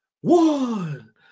One